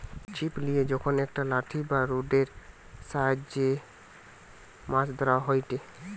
ছিপ লিয়ে যখন একটা লাঠি বা রোডের সাহায্যে মাছ ধরা হয়টে